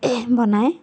বনায়